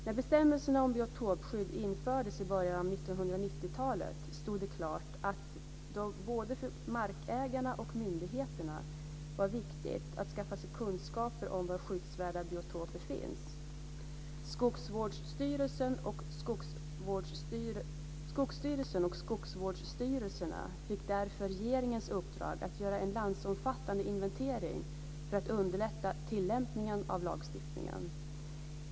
När bestämmelserna om biotopskydd infördes i början av 1990-talet stod det klart att det både för markägarna och för myndigheterna var viktigt att skaffa sig kunskaper om var skyddsvärda biotoper finns. Skogsstyrelsen och skogsvårdsstyrelserna fick därför regeringens uppdrag att göra en landsomfattande inventering för att underlätta tillämpningen av lagstiftningen.